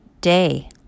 day